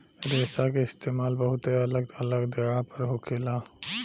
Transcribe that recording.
रेशा के इस्तेमाल बहुत अलग अलग जगह पर होखेला